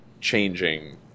changing